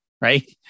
Right